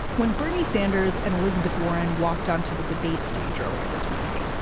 when bernie sanders and elizabeth warren walked onto the debate stage earlier this week,